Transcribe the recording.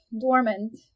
dormant